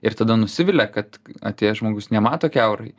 ir tada nusivilia kad atėjęs žmogus nemato kiaurai